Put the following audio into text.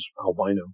albino